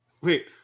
Wait